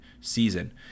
season